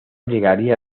llegaría